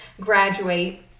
graduate